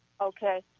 Okay